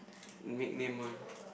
make name one